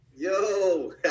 Yo